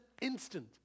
instant